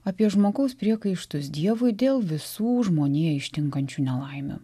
apie žmogaus priekaištus dievui dėl visų žmoniją ištinkančių nelaimių